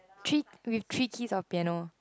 three with three keys of piano